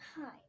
Hi